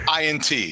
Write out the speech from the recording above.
INT